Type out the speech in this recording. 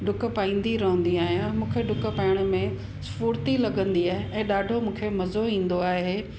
ॾुक पाईंदी रहंदी आहियां मूंखे ॾुक पाइण में स्फूर्ती लॻंदी आहे ऐं ॾाढो मूंखे मज़ो ईंदो आहे